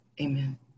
amen